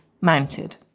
mounted